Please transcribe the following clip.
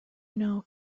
know